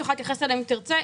תוכל להתייחס אליהם אם תרצה.